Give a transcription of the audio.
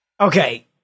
Okay